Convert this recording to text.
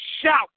shout